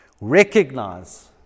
recognize